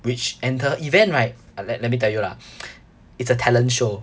which and the event right uh let let me tell you lah it's a talent show